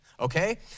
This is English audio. Okay